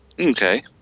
Okay